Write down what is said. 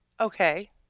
Okay